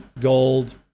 gold